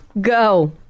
go